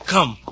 Come